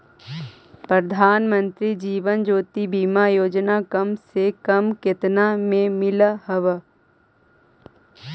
प्रधानमंत्री जीवन ज्योति बीमा योजना कम से कम केतना में मिल हव